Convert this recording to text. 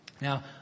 Now